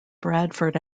bradford